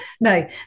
No